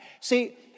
See